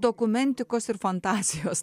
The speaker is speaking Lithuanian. dokumentikos ir fantazijos